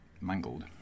mangled